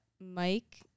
Mike